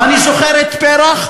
ואני זוכר את פרח,